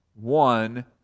One